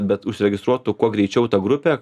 bet užregistruotų kuo greičiau ta grupė